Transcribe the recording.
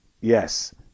Yes